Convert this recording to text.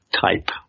type